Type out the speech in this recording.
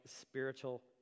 spiritual